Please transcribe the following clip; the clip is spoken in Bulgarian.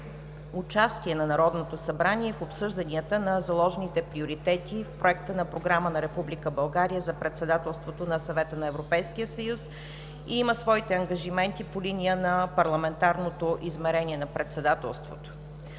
участие на Народното събрание в обсъжданията на заложените приоритети в Проекта на програма на Република България за председателството на Съвета на Европейския съюз и има своите ангажименти по линия на Парламентарното измерение на председателството.